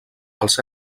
els